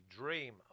dream